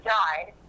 died